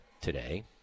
today